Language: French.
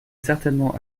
certainement